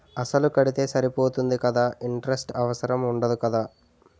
అసలు కడితే సరిపోతుంది కదా ఇంటరెస్ట్ అవసరం ఉండదు కదా?